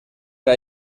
era